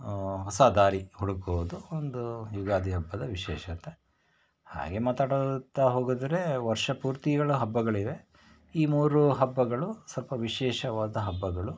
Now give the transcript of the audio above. ಹೊಸ ದಾರಿ ಹುಡುಕುವುದು ಒಂದು ಯುಗಾದಿ ಹಬ್ಬದ ವಿಶೇಷತೆ ಹಾಗೆ ಮಾತಾಡುತ್ತ ಹೋಗಿದ್ರೆ ವರ್ಷಪೂರ್ತಿಗಳು ಹಬ್ಬಗಳಿವೆ ಈ ಮೂರು ಹಬ್ಬಗಳು ಸ್ವಲ್ಪ ವಿಶೇಷವಾದ ಹಬ್ಬಗಳು